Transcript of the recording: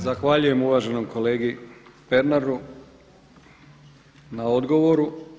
Zahvaljujem uvaženom kolegi Pernaru na odgovoru.